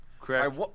correct